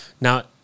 Now